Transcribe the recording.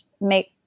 make